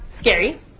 Scary